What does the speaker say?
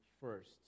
first